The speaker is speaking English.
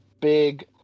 big